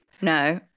No